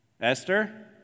Esther